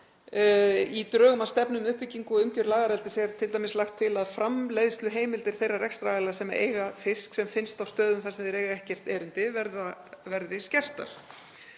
Í drögum að stefnu um uppbyggingu og umgjörð lagareldis er t.d. lagt til að framleiðsluheimildir þeirra rekstraraðila sem eiga fisk sem finnst á stöðum þar sem hann á ekkert erindi verði skertar.